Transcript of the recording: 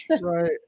Right